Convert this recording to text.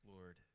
Lord